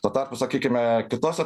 tuo tarpu sakykime kitose